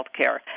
healthcare